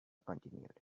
continued